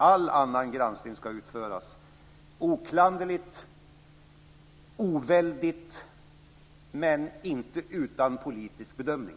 All annan granskning ska utföras oklanderligt och oväldigt - men inte utan politisk bedömning.